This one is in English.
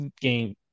game